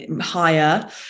higher